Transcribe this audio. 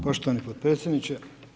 Poštovani potpredsjedniče.